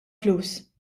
flus